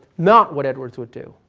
not what edwards would do.